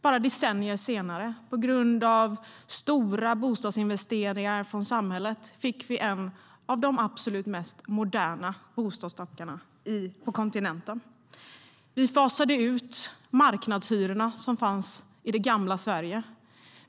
Bara decennier senare, på grund av stora bostadsinvesteringar från samhället, fick vi en av de absolut mest moderna bostadsstockarna på kontinenten. Vi fasade ut marknadshyrorna, som fanns i det gamla Sverige.